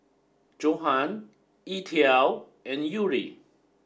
Johan E TWOW and Yuri